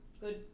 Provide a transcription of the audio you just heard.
Good